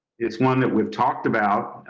it's one that we've talked about.